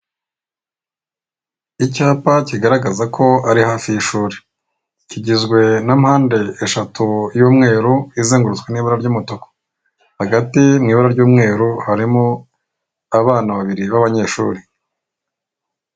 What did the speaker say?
Icyapa kigaragaza ko ari hafi y'ishuri kigizwe na mpande eshatu y'mweru izengurutswe n'ibara ry'umutuku hagati mu ibara ry'umweru harimo abana babiri b'abanyeshuri .